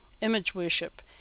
image-worship